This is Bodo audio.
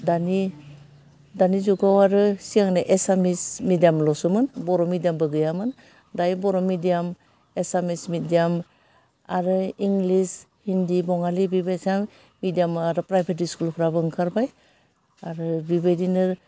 दानि दानि जुगाव आरो सिगांना एसामिस मेडियामल'सोमोन बर' मेडियामबो गैयामोन दायो बर' मेडियाम एसामिस मेडियाम आरो इंलिस हिन्दी बङालि बेबायसां मेडियाम आरो प्राइभेट स्कुलफ्राबो ओंखारबाय आरो बिबादिनो